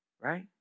right